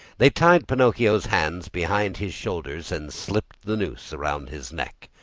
they tied pinocchio's hands behind his shoulders and slipped the noose around his neck.